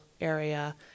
area